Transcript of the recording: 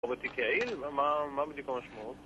ובתיק יעיל? מה, מה בדיוק המשמעות?